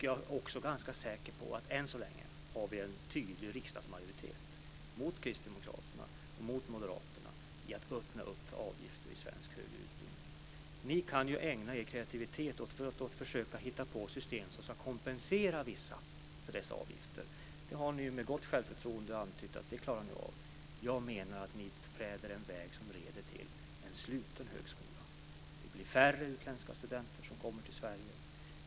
Jag är också ganska säker på att vi än så länge har en tydlig riksdagsmajoritet mot kristdemokraterna och moderaterna när det gäller att öppna upp för avgifter i svensk högre utbildning. Ni kan ju ägna er kreativitet åt att försöka hitta på system som ska kompensera vissa för dessa avgifter. Det har ni ju med gott självförtroende antytt att ni klarar av. Jag menar att ni beträder en väg som leder till en sluten högskola. Det blir färre utländska studenter som kommer till Sverige.